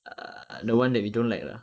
err the [one] that we don't like lah